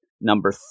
number